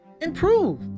improve